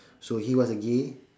so he was a gay